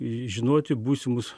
žinoti būsimus